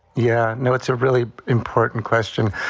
yeah, no, it's a really important question.